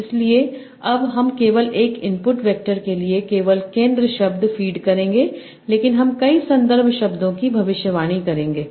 इसलिए अब हम केवल एक इनपुट वेक्टर के लिए केवल केंद्र शब्द फ़ीड करेंगे लेकिन हम कई संदर्भ शब्दों की भविष्यवाणी करेंगे